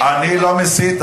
אני לא מסית,